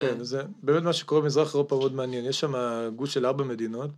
כן, זה באמת מה שקורה במזרח אירופה עוד מעניין, יש שם גוש של ארבע מדינות.